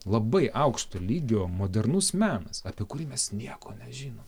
labai aukšto lygio modernus menas apie kurį mes nieko nežinom